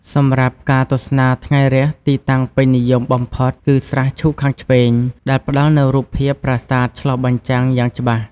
សម្រាប់ការទស្សនា ថ្ងៃរះ ទីតាំងពេញនិយមបំផុតគឺ ស្រះឈូកខាងឆ្វេង ដែលផ្តល់នូវរូបភាពប្រាសាទឆ្លុះបញ្ចាំងយ៉ាងច្បាស់។